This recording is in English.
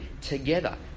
together